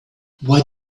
why